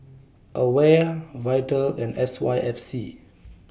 AWARE Vital and S Y F C